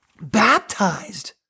baptized